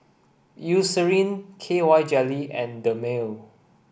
Eucerin K Y jelly and Dermale